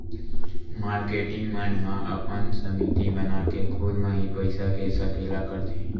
marketing मन ह अपन समिति बनाके खुद म ही पइसा के सकेला करथे